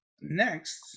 Next